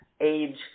age